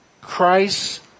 Christ